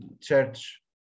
church